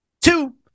Two